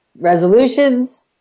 Resolutions